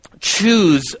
choose